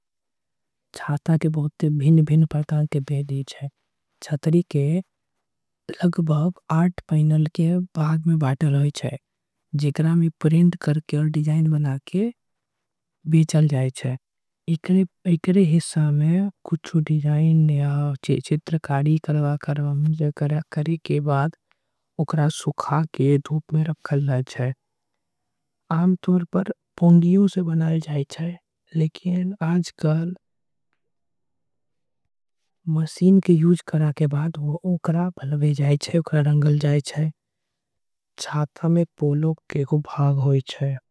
छाता के कई परकार के भिन्न भिन्न भाग होई जाई छे। छतरी के लगभग आठ पैनल में बाटे जाई छे जेकरा में। प्रिंट करके आऊ डिजाइन बना के बेचल जाई छे। एकरे हिस्सा में कुछू डिजाइन या चित्र बनाई के। बेचल जाई छेओकरा में डिजाइन बना के चित्रकारी। करी के ओकरा केधू प में सुखा के बेचल जाई छे। आमतौर में पोंगीओ के बनाई जाई छे ओकरा में। मशीन के यूज करे के बाद ओकरा के बनाई जाई छे।